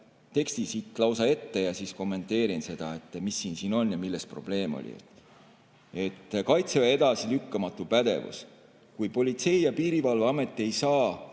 teksti lausa ette ja siis kommenteerin seda, mis siin on ja milles probleem oli. "Kaitseväe edasilükkamatu pädevus. Kui Politsei- ja Piirivalveamet ei saa